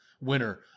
winner